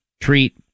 treat